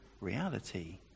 reality